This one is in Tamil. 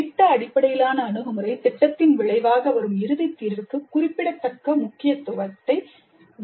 திட்ட அடிப்படையிலான அணுகுமுறை திட்டத்தின் விளைவாக வரும் இறுதி தீர்வுக்கு குறிப்பிடத்தக்க முக்கியத்துவத்தை இணைக்கிறது